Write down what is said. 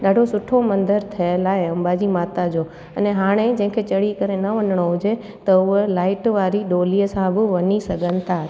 ॾाढो सुठो मंदिर ठहियल आहे अंबा जी माता जो अने हाणे जंहिंखे चढ़ी करे न वञिणो हुजे त हूअ लाइट वारी डोलीअ सां बि वञी सघनि था